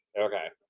Okay